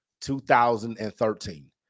2013